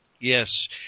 Yes